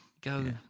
go